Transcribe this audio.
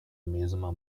mesma